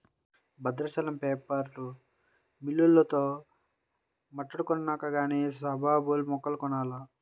Bhadrachalam paper మిల్లోల్లతో మాట్టాడుకొన్నాక గానీ సుబాబుల్ మొక్కలు కొనాల